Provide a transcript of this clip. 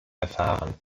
verfahren